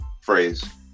phrase